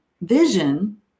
vision